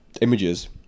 images